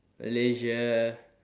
malaysia